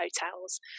hotels